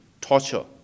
torture